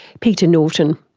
peter norton.